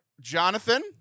Jonathan